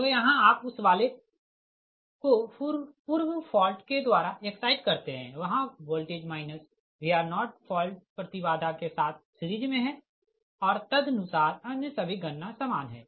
तो यहाँ आप उस वाले को पूर्व फॉल्ट के द्वारा एक्साइट करते है वहाँ वोल्टेज माइनस Vr0 फॉल्ट प्रति बाधा के साथ सीरिज़ मे है और तदनुसार अन्य सभी गणना समान है